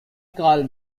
karl